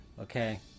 Okay